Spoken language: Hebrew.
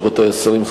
רבותי השרים,